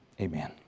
amen